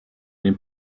den